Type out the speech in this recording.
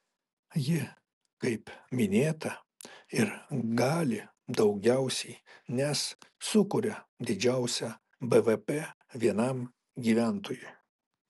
ji kaip minėta ir gali daugiausiai nes sukuria didžiausią bvp vienam gyventojui